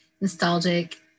nostalgic